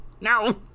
No